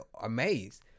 amazed